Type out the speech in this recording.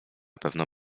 pewno